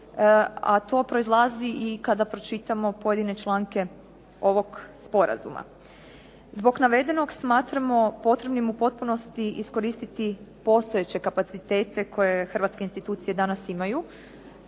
a to proizlazi i kada pročitamo pojedine članke ovog sporazuma. Zbog navedenog smatramo potrebnim u potpunosti iskoristiti postojeće kapacitete koje hrvatske institucije danas imaju,